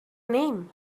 name